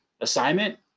assignment